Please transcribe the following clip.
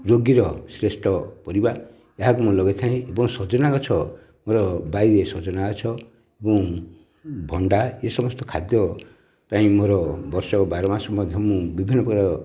ରୋଗୀର ଶ୍ରେଷ୍ଠ ପରିବା ଏହାକୁ ମୁଁ ଲଗାଇଥାଏ ଆଉ ସଜନା ଗଛ ମୋ ବାରିରେ ସଜନା ଗଛ ଏବଂ ଭଣ୍ଡା ଏ ସମସ୍ତ ଖାଦ୍ୟ ପାଇଁ ମୋର ବର୍ଷକ ବାର ମାସ ମୁଁ ବିଭିନ୍ନ